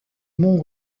monts